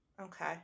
Okay